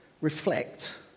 reflect